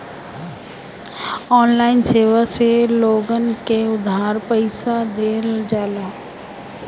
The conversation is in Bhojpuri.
ऑनलाइन सेवा से लोगन के उधार पईसा देहल जाला